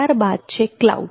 ત્યારબાદ છે કલાઉટ